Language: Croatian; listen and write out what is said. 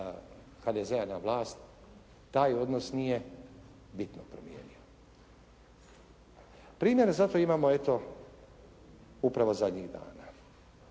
dolaska HDZ-a na vlast taj odnos nije bitno promijenio. Primjer za to imamo eto upravo zadnjih dana.